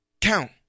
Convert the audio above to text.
count